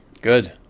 Good